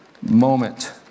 moment